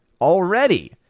already